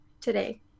today